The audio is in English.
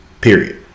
Period